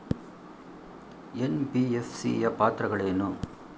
NBFC ಯ ಪಾತ್ರಗಳೇನು?